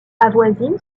avoisine